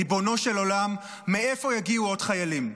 ריבונו של עולם, מאיפה יגיעו עוד חיילים?